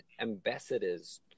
ambassadors